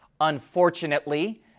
Unfortunately